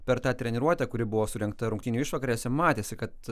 per tą treniruotę kuri buvo surengta rungtynių išvakarėse matėsi kad